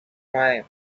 prime